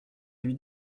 lui